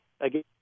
again